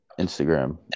Instagram